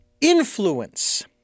influence